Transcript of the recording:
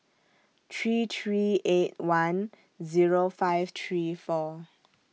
three three eight one Zero five three four